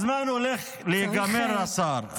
הזמן הולך להיגמר, השר.